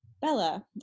Bella